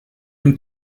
dem